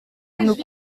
nous